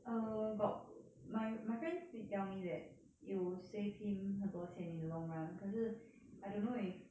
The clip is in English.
err got my my friends did tell me that it will save him 很多钱 in the long run 可是 I don't know if